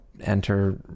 enter